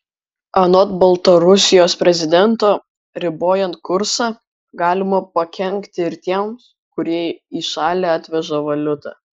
anot baltarusijos prezidento ribojant kursą galima pakenkti ir tiems kurie į šalį atveža valiutą